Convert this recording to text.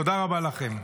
תודה רבה לכם.